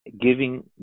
Giving